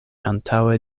antaŭe